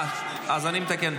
אז אני מתקן.